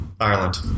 Ireland